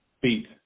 beat